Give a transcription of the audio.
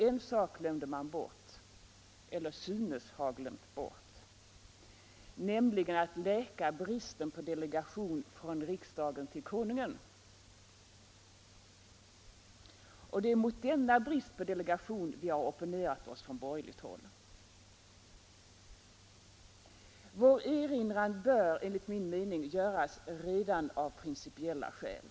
En sak glömde man emellertid bort — eller synes ha glömt bort — nämligen att täcka bristen på delegation från vi har opponerat oss från borgerligt håll. Tisdagen den Vår erinran bör enligt min mening göras redan av principiella skäl.